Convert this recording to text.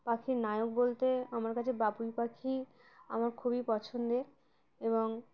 পাখির নায়ক বলতে আমার কাছে বাবুই পাখি আমার খুবই পছন্দের এবং